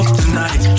tonight